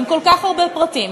עם כל כך הרבה פרטים,